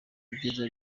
ibyiza